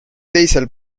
teisel